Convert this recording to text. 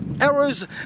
arrows